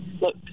look